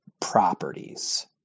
properties